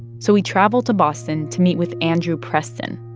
so he traveled to boston to meet with andrew preston